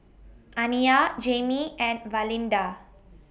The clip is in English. Aniyah Jamie and Valinda